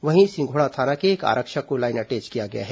वहीं सिंघोड़ा थाना के एक आरक्षक को लाईन अटैच किया गया है